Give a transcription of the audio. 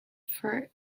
for